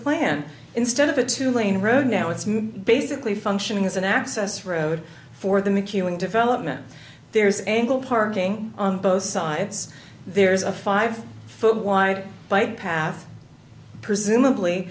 plan instead of a two lane road now it's basically functioning as an access road for the mckeown development there's angle parking on both sides there's a five foot wide by path presumably